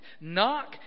Knock